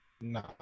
no